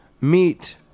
meet